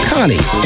Connie